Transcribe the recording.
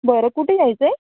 बरं कुठे जायचं आहे